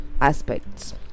aspects